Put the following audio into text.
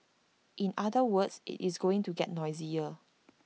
in other words IT is going to get noisier